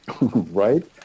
right